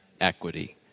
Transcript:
equity